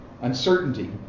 Uncertainty